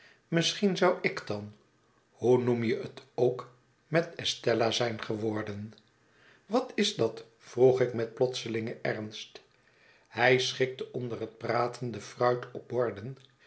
misschien zou ik dan hoe noem je het ook met estella zijn geworden wat is dat vroeg ik met plotselingen ernst hij schikte onder het praten de fruit